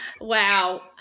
Wow